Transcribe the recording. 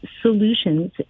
solutions